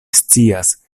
scias